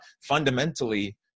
fundamentally